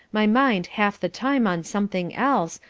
my mind half the time on something else,